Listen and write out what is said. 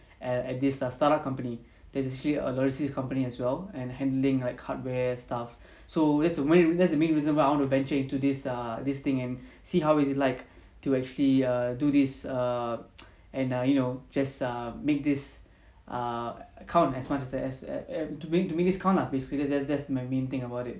at at this start up company that is actually a overseas company as well and handling like hardware stuff so that's that's the main reason why I want to venture into this err this thing and see how is it like to actually err do this err and err you know just err make this err count as much as and to make this count lah basically then that's my main thing about it